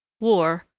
war,